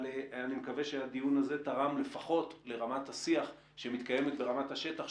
אבל אני מקווה שהדיון הזה תרם לפחות לרמת השיח שמתקיימת ברמת השטח,